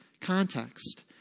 context